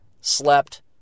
slept